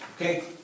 Okay